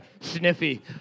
Sniffy